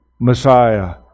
Messiah